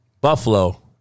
Buffalo